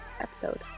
episode